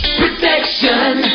protection